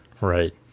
Right